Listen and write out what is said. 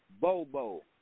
Bobo